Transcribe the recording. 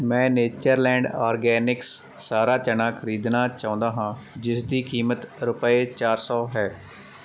ਮੈਂ Natureland Organics ਸਾਰਾ ਚਨਾ ਖਰੀਦਣਾ ਚਾਹੁੰਦਾ ਹਾਂ ਜਿਸ ਦੀ ਕੀਮਤ ਰੁਪਏ ਚਾਰ ਸੌ ਹੈ